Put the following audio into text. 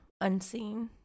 unseen